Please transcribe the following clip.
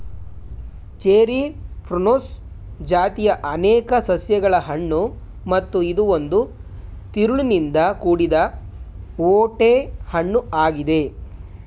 cherry prunus ಜಾತಿಯ ಅನೇಕ ಸಸ್ಯಗಳ ಹಣ್ಣು ಮತ್ತು ಇದು ಒಂದು ತಿರುಳಿನಿಂದ ಕೂಡಿದ ಓಟೆ ಹಣ್ಣು ಆಗಿದೆ